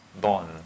born